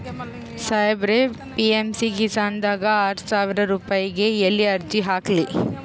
ಸಾಹೇಬರ, ಪಿ.ಎಮ್ ಕಿಸಾನ್ ದಾಗ ಆರಸಾವಿರ ರುಪಾಯಿಗ ಎಲ್ಲಿ ಅರ್ಜಿ ಹಾಕ್ಲಿ?